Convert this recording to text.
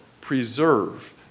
preserve